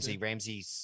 Ramsey